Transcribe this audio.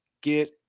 get